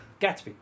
Gatsby